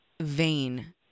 vain